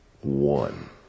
one